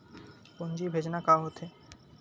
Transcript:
पूंजी भेजना का होथे?